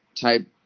type